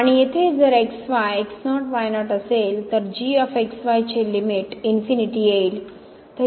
आणि येथे जर असेल तर चे लिमिट इन्फिनीटी येईल